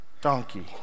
donkey